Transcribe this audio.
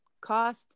cost